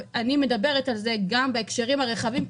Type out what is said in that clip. אני מדברת על זה גם בהקשרים רחבים,